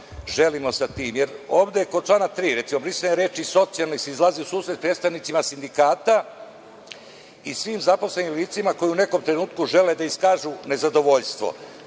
želimo sa tim. Ovde kod člana 13, recimo, brisanjem reči „socijalni“ se izlazi u susret predstavnicima sindikata i svim zaposlenim licima koji u nekom trenutku žele da iskažu nezadovoljstvo.